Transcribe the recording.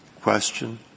question